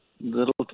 little